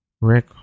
Rick